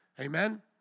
Amen